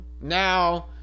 now